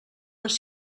les